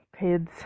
kids